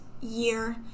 year